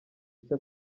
icyo